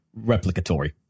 replicatory